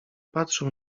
patrzył